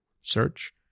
search